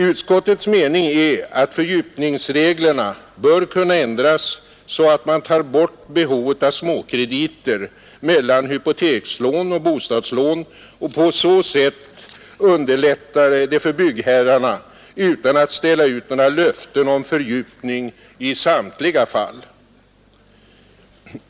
Utskottets mening är att fördjupningsreglerna bör kunna ändras så att man tar bort behovet av småkrediter mellan hypotekslån och bostadslån och på så sätt underlättar det för byggherrarna utan att ställa ut några löften om fördjupning i samtliga fall.